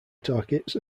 targets